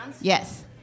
Yes